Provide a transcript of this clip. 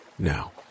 Now